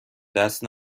دست